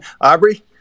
Aubrey